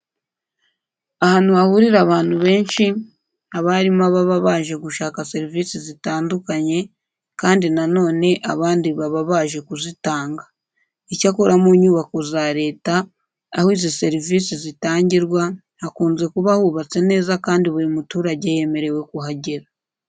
Ahantu hahurira abantu benshi haba harimo ababa baje gushaka serivise zitandukanye kandi na none abandi baba baje kuzitanga. Icyakora mu nyubako za leta aho izi serivise zitangirwa, hakunze kuba hubatse neza kandi buri muturage yemerewe kuhagera.